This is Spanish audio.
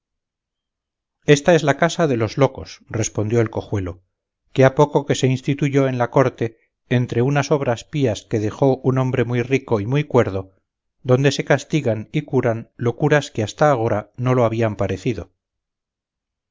esta es la casa de los locos respondió el cojuelo que ha poco que se instituyó en la corte entre unas obras pías que dejó un hombre muy rico y muy cuerdo donde se castigan y curan locuras que hasta agora no lo habían parecido